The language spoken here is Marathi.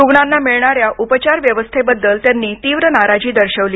रुग्णांना मिळणाऱ्या उपचार व्यवस्थेबद्दल त्यांनी तीव्र नाराजी दर्शवली